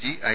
G I